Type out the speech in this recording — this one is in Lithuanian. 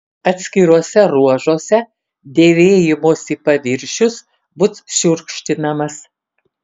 atskiruose ruožuose dėvėjimosi paviršius bus šiurkštinamas